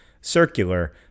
circular